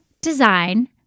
design